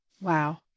Wow